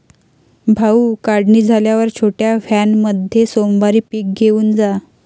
भाऊ, काढणी झाल्यावर छोट्या व्हॅनमध्ये सोमवारी पीक घेऊन जा